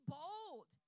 bold